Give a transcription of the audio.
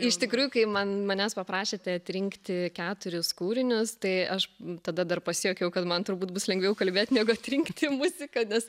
iš tikrųjų kai man manęs paprašėte atrinkti keturis kūrinius tai aš tada dar pasijuokiau kad man turbūt bus lengviau kalbėt negu atrinkti muziką nes